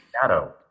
shadow